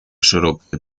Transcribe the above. широкая